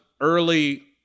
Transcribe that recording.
early